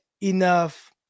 enough